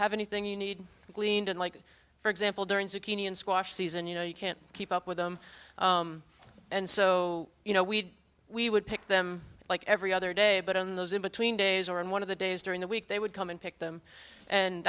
have anything you need cleaned and like for example during zucchini and squash season you know you can't keep up with them and so you know we'd we would pick them like every other day but on those in between days or in one of the days during the week they would come and pick them and